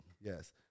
Yes